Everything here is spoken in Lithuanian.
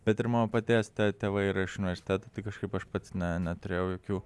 bet ir mano paties tė tėvai yra iš universiteto tai kažkaip aš pats ne neturėjau jokių